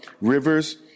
rivers